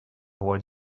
what